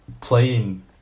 playing